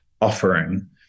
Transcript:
offering